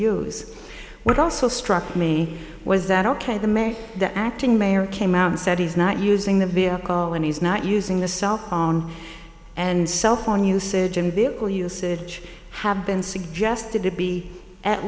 use what also struck me was that ok the may the acting mayor came out and said he's not using the vehicle and he's not using the cell phone and cell phone usage in vehicle usage have been suggested to be at